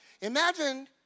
Imagine